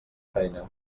feina